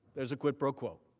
there is a quid pro quo.